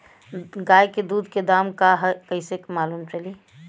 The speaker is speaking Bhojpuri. गाय के दूध के दाम का ह कइसे मालूम चली?